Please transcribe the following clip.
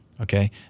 Okay